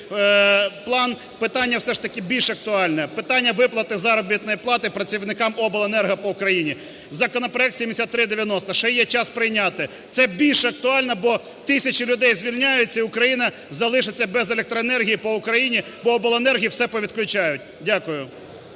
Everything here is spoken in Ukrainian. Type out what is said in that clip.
питання все ж таки більш актуальне – питання виплати заробітної плати працівникам обленерго по Україні, законопроект 7390 ще є час прийняти. Це більш актуально, бо тисячі людей звільняються, і Україна залишиться без електроенергії по Україні, бо обленерго все повідключають. Дякую.